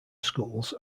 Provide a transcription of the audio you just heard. schools